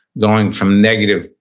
going from negative,